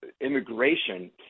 immigration